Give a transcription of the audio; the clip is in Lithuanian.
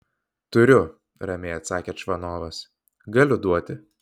turiu ramiai atsakė čvanovas galiu duoti